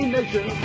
Nation